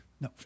No